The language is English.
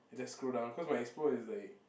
I just scroll down cause my explore is like